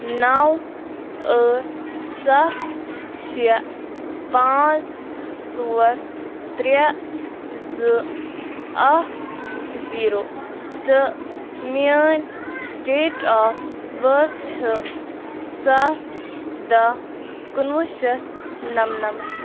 نَو ٲٹھ سَتھ شےٚ پانٛژھ ژور ترٛےٚ زٕ اَکھ زیٖرَو تہٕ میٛٲنۍ ڈیٹ آف بٔرتھ چھِ سَتھ دَہ کُنوُہ شیٚتھ نَمنَمَتھ